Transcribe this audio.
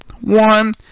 one